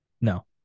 no